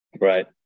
Right